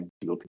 deal